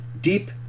deep